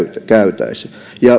käytäisi